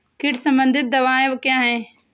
कीट संबंधित दवाएँ क्या हैं?